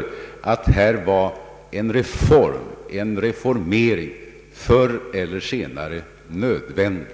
sig att en reformering förr eller senare var nödvändig.